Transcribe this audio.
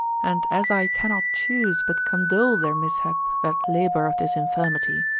and as i cannot choose but condole their mishap that labour of this infirmity,